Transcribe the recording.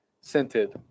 scented